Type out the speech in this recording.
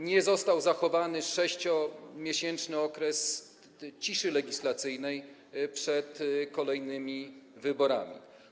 Nie został zachowany 6-miesięczny okres ciszy legislacyjnej przed kolejnymi wyborami.